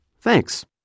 Thanks